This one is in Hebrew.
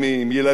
תינוקות,